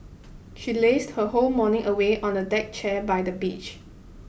she lazed her whole morning away on a deck chair by the beach